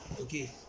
okay